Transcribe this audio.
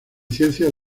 ciencias